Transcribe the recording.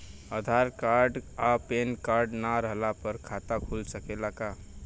आधार card आ PAN card ना रहला पर खाता खुल सकेला का?